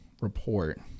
report